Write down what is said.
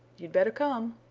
you'd better come!